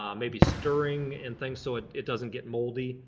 um maybe stirring and things so it it doesn't get moldy